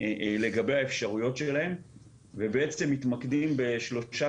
לגבי האפשרויות שלהם ובעצם מתמקדים בשלושה